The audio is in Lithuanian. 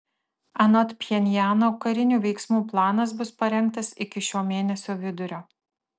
anot pchenjano karinių veiksmų planas bus parengtas iki šio mėnesio vidurio